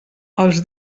els